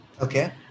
Okay